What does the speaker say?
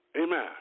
Amen